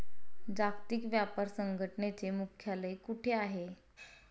जागतिक व्यापार संघटनेचे मुख्यालय कुठे आहे?